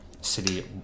City